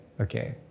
okay